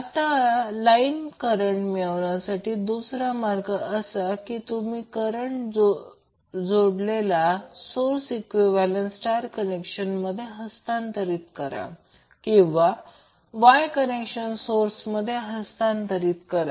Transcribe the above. आता line current मिळवण्यासाठी दुसरा मार्ग असा की तुम्ही डेल्टा जोडलेला सोर्स इक्विवलेंट स्टार कनेक्शनमध्ये हस्तांतरण करा किंवा Y कनेक्शन सोर्समध्ये हस्तांतरण करा